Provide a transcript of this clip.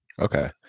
Okay